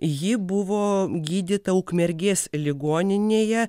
ji buvo gydyta ukmergės ligoninėje